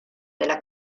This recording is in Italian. della